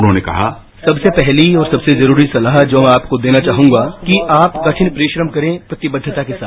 उन्होंने कहा सबसे पहले और सबसे जरूरी सलाह आपको देना चाहूंगाकि आप कठिन परिश्रम करे प्रतिबद्वता के साथ